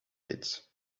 pits